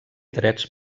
drets